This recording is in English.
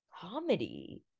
comedy